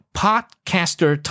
podcaster